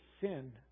sin